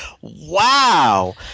Wow